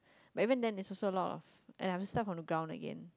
but even then there social a lot of and I have to start from the ground again